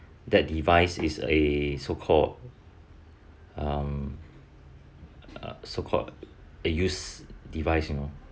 that device is a so called um so called a use device you know